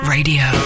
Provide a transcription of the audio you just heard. Radio